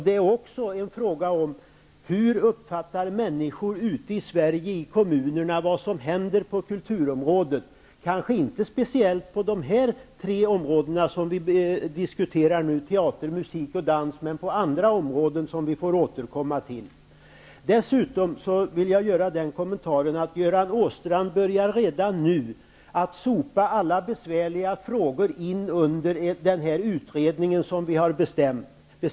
Det är också en fråga om hur människorna ute i kommunerna uppfattar vad som händer på kulturområdet, kanske inte speciellt på de tre områden som vi diskuterar nu -- teater, musik och dans -- men på andra områden, som vi får återkomma till. Dessutom vill jag göra den kommentaren att Göran Åstrand redan nu börjar att sopa alla besvärliga frågor in under utredningen som vi har beställt.